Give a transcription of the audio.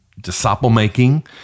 disciple-making